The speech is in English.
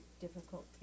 difficult